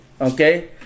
Okay